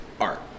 Art